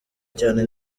cyane